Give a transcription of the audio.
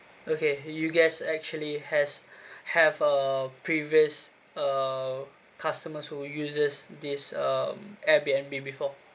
okay you guys actually has have uh previous uh customers who uses this um airbnb before